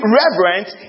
reverence